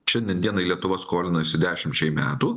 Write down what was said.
šiandien dienai lietuva skolinasi dešimčiai metų